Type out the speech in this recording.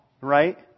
right